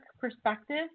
perspective